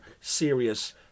serious